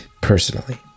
personally